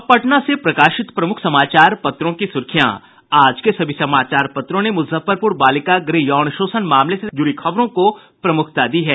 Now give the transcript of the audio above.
अब पटना से प्रकाशित प्रमुख समाचार पत्रों की सुर्खियां आज के सभी समाचार पत्रों ने मुजफ्फरपुर बालिका गृह यौन शोषण मामले से जुड़ी खबरों को प्रमुखता दी है